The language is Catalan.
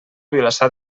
vilassar